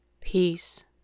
peace